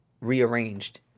rearranged